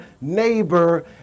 neighbor